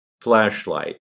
flashlight